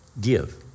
give